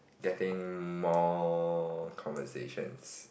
ya I think more conversations